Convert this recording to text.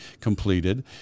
completed